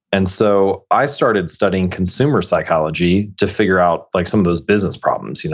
and so i started studying consumer psychology to figure out like some of those business problems. you know